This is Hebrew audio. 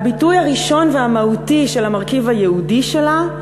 הביטוי הראשון והמהותי של המרכיב היהודי שלה,